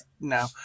No